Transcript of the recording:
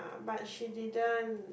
but she didn't